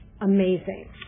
amazing